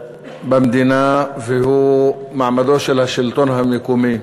והוא מעמדו של השלטון המקומי.